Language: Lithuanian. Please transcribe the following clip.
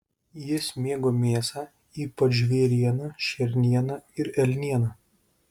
jis mėgo mėsą ypač žvėrieną šernieną ir elnieną